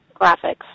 graphics